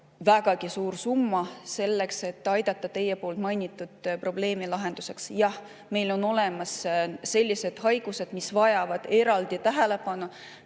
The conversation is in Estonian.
vägagi suur summa selleks, et aidata teie mainitud probleemi lahendada. Jah, meil on olemas sellised haigused, mis vajavad eraldi tähelepanu,